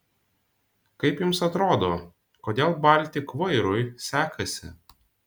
kaip jums atrodo kodėl baltik vairui sekasi